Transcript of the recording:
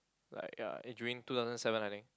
like ya it during two thousand seven I think